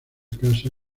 casa